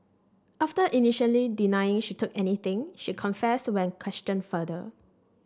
after initially denying she took anything she confessed when questioned further